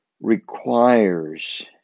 requires